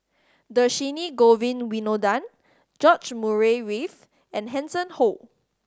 Dhershini Govin Winodan George Murray Reith and Hanson Ho